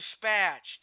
dispatched